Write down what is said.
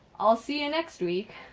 i'll see you next week.